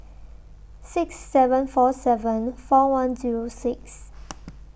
six seven four seven four one Zero six